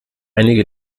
einige